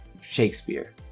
Shakespeare